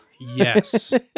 Yes